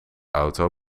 auto